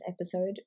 episode